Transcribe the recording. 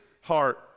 heart